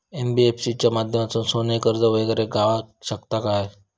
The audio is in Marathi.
एन.बी.एफ.सी च्या माध्यमातून सोने कर्ज वगैरे गावात शकता काय?